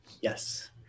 Yes